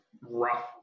rough